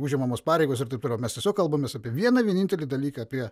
užimamos pareigos ir taip toliau mes tiesiog kalbamės apie vieną vienintelį dalyką apie